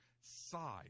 side